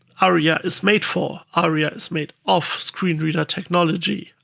aria is made for. aria is made of screen reader technology,